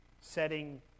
setting